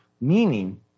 meaning